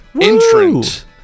entrant